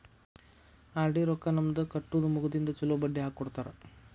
RD ರೊಕ್ಕಾ ನಮ್ದ ಕಟ್ಟುದ ಮುಗದಿಂದ ಚೊಲೋ ಬಡ್ಡಿ ಹಾಕ್ಕೊಡ್ತಾರ